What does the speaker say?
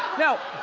no,